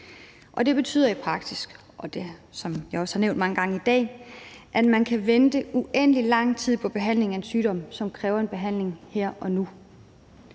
Det betyder i praksis, som jeg også har nævnt mange gange i dag, at man kan vente uendelig lang tid på behandling af en sygdom, som kræver en behandling her og nu.